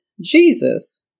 Jesus